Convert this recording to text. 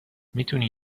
میتونی